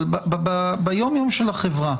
ביום יום של החברה,